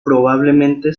probablemente